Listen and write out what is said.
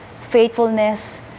faithfulness